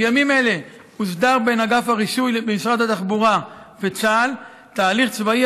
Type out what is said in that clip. בימים אלה הוסדר בין אגף הרישוי למשרד התחבורה וצה"ל תהליך צבאי